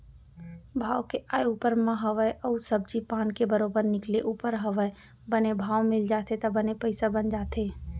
भाव के आय ऊपर म हवय अउ सब्जी पान के बरोबर निकले ऊपर हवय बने भाव मिल जाथे त बने पइसा बन जाथे